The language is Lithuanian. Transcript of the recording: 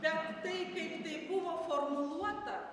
bet tai kai taip buvo formuluota